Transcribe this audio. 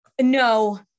No